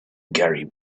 gary